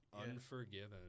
Unforgiven